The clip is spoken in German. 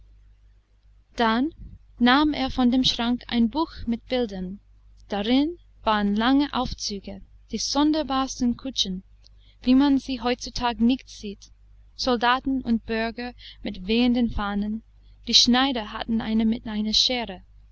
dann nahm er von dem schrank ein buch mit bildern darin waren lange aufzüge die sonderbarsten kutschen wie man sie heutzutage nicht sieht soldaten und bürger mit wehenden fahnen die schneider hatten eine mit einer scheere